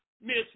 Miss